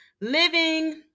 living